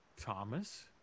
Thomas